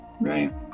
right